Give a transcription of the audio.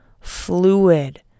fluid